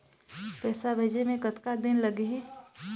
पैसा भेजे मे कतका दिन लगही?